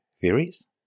theories